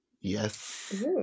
Yes